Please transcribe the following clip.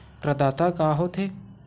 प्रदाता का हो थे?